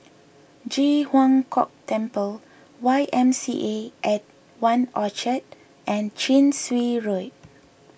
Ji Huang Kok Temple Y M C A at one Orchard and Chin Swee Road